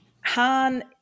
Han